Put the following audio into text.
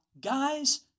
guys